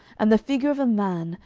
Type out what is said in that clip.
and the figure of a man,